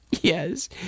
Yes